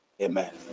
Amen